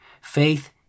faith